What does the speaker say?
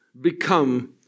become